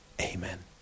Amen